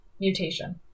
Mutation